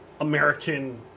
American